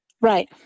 Right